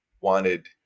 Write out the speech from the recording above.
wanted